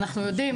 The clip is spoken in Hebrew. אנחנו יודעים,